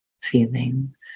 feelings